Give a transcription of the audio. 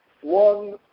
one